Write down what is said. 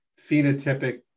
phenotypic